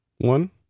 one